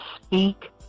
speak